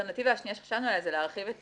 האלטרנטיבה השנייה שחשבנו עליה, זה להרחיב את